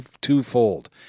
twofold